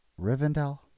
Rivendell